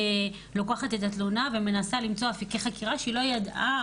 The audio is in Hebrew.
לוקחת את התלונה ומנסה למצוא אפיקי חקירה שהיא לא ידעה